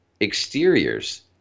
exteriors